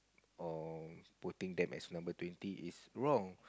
or putting them as number twenty is wrong